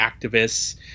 activists